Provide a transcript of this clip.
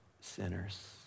sinners